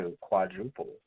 quadruple